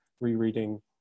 Rereading